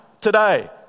today